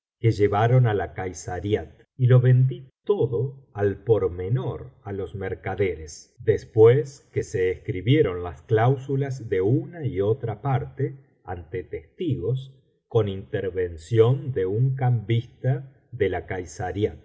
que llevaron á la kaisariat y lo vendí todo al por menor á los mercaderes después que se escribieron las cláusulas biblioteca valenciana g las mil noches y una noche ele una y otra parte ante testigos con intervención de un cambista de la